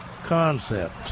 concept